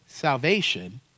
salvation